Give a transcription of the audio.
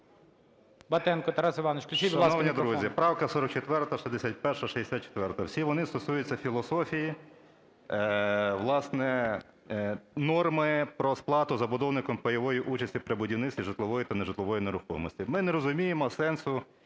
Батенко Тарас Іванович. Включіть, будь ласка, мікрофон.